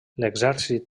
l’exèrcit